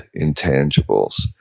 intangibles